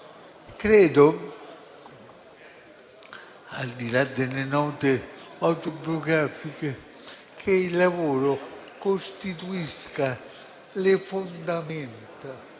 Credo, al di là delle note autobiografiche, che il lavoro costituisca le fondamenta